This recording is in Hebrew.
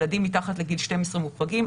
ילדים מתחת לגיל 12 מוחרגים.